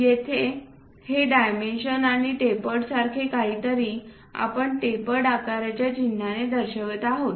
येथे हे डायमेन्शन आणि टेपर्डसारखे काहीतरी आपण टेपर्ड आकाराच्या चिन्हाने दर्शवित आहोत